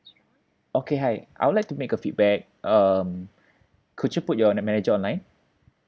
okay hi I would like to make a feedback um could you put your the manager on line